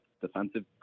defensive